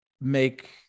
make